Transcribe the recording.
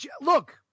Look